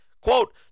Quote